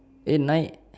eh nine